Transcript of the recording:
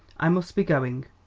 i must be going.